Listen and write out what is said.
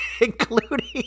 including